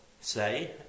say